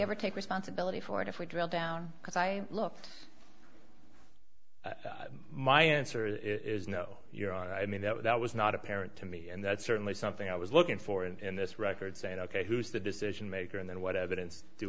ever take responsibility for it if we drill down because i look my answer is no your honor i mean that was not apparent to me and that's certainly something i was looking for in this record saying ok who's the decision maker and then what evidence do